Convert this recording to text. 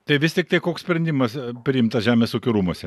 tai vis tiktai koks sprendimas priimtas žemės ūkio rūmuose